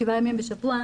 שבעה ימים בשבוע,